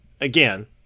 again